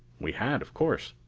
we had, of course.